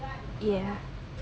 ya